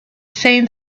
seen